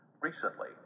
Recently